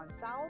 south